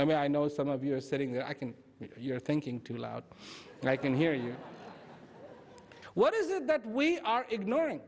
and i know some of you are sitting there i can you're thinking too loud and i can hear you what is it that we are ignoring